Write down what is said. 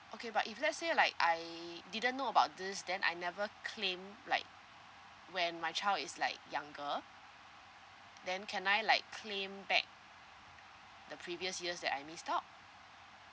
okay but if let's say like I didn't know about this then I never claim like when my child is like younger then can I like claim back the previous years that I missed out